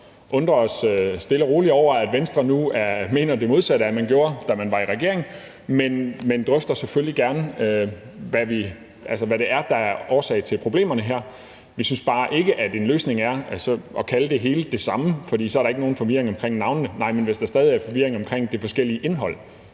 undrer os i det stille over, at Venstre nu mener det modsatte af det, man gjorde, da man var i regering, men vi drøfter selvfølgelig gerne, hvad der er årsag til problemerne. Vi synes bare ikke, at det er en løsning at kalde det hele det samme, fordi der så ikke er nogen forvirring om navnene, men hvis der stadig er forvirring over det forskellige indhold,